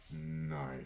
Nice